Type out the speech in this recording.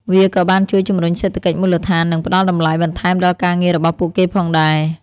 វាក៏បានជួយជំរុញសេដ្ឋកិច្ចមូលដ្ឋាន និងផ្តល់តម្លៃបន្ថែមដល់ការងាររបស់ពួកគេផងដែរ។